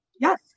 Yes